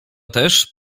też